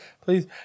Please